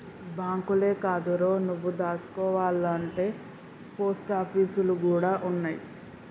బాంకులే కాదురో, నువ్వు దాసుకోవాల్నంటే పోస్టాపీసులు గూడ ఉన్నయ్